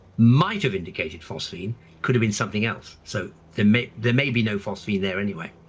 might have indicated phosphine could have been something else. so there may there may be no phosphine there anyway.